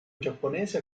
giapponese